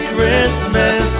Christmas